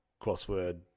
crossword